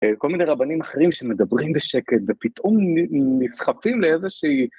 כל מיני רבנים אחרים שמדברים בשקט ופתאום נסחפים לאיזה שהיא